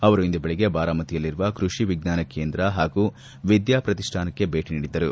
ಅವರು ಇಂದು ಬೆಳಗ್ಗೆ ಬಾರಾಮತಿಯಲ್ಲಿರುವ ಕೃಷಿ ವಿಜ್ಞಾನ ಕೇಂದ್ರ ಹಾಗೂ ವಿದ್ಯಾ ಪ್ರತಿಷ್ಠಾನಕ್ಕೆ ಭೇಟಿ ನೀಡಿದ್ದರು